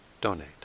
donate